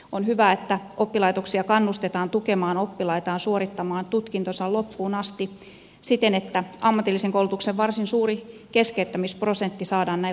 on hyvä että oppilaitoksia kannustetaan tukemaan oppilaitaan suorittamaan tutkintonsa loppuun asti siten että ammatillisen koulutuksen varsin suuri keskeyttämisprosentti saadaan näin laskemaan